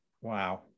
Wow